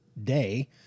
day